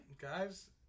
Guys